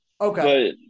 okay